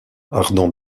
ardent